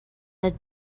had